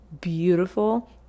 beautiful